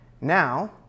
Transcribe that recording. Now